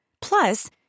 Plus